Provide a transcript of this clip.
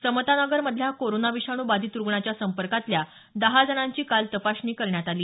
समतानगर मधल्या कोरोना विषाणू बाधित रुग्णाच्या संपर्कातल्या दहा जणांची काल तपासणी करण्यात आली